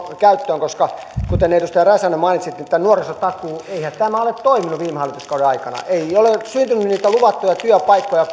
käyttöön koska kuten edustaja räsänen mainitsitte eihän nuorisotakuu ole toiminut viime hallituskauden aikana ei ole syntynyt niitä luvattuja työpaikkoja